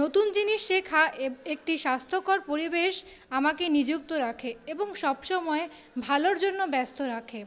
নতুন জিনিস শেখা একটি স্বাস্থ্যকর পরিবেশ আমাকে নিযুক্ত রাখে এবং সবসময় ভালোর জন্য ব্যস্ত রাখে